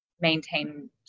maintain